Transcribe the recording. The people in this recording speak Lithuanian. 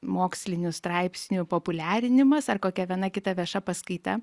mokslinių straipsnių populiarinimas ar kokia viena kita vieša paskaita